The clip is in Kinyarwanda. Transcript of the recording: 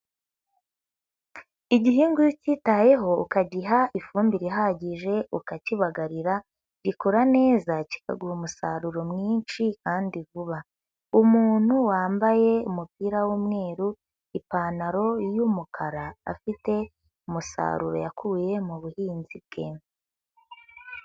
Igihingwa iyo ukitayeho ukagiha ifumbire ihagije, ukakibagarira gikura neza kikaguha umusaruro mwinshi kandi vuba, umuntu wambaye umupira w'umweru, ipantaro y'umukara, afite umusaruro yakuye mu buhinzi bwe.